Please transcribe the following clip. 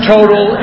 Total